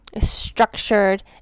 structured